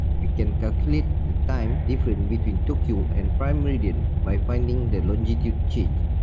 we can calculate the time different between tokyo and prime meridian by finding the longitude change.